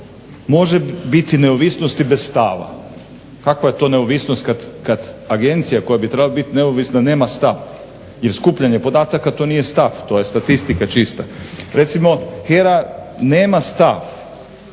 može biti neovisnosti bez stava? Kakva je to neovisnost kad agencija koja bi trebala bit neovisna nema stav, jer skupljanje podataka to nije stav. To je statistika čista. Recimo HERA nema stav,